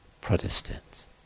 Protestants